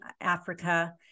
Africa